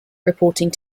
reporting